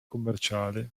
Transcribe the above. commerciali